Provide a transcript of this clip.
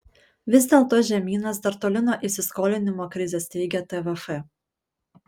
vis dėlto žemynas dar toli nuo įsiskolinimo krizės teigia tvf